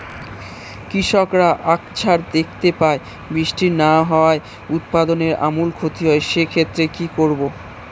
কৃষকরা আকছার দেখতে পায় বৃষ্টি না হওয়ায় উৎপাদনের আমূল ক্ষতি হয়, সে ক্ষেত্রে কি করব?